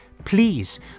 please